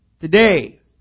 Today